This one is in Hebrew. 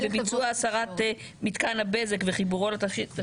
לביצוע הסרת מתקן הבזק וחיבורו לתשתית.